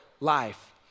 life